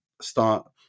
start